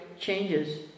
changes